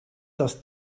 das